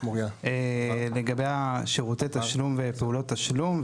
לגבי שירותי תשלום ופעולות תשלום,